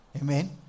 amen